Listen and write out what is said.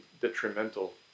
detrimental